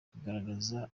kugaragaza